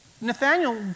Nathaniel